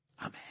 Amen